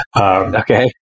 okay